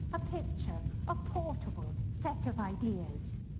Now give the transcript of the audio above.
a picture, a portable set of ideas.